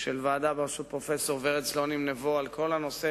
של ועדה בראשות פרופסור ורד סלונים-נבו על כל הנושא